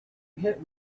hit